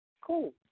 Cool